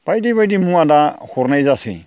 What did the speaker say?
बायदि बायदि मुवा दा हरनाय जासै